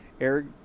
Eric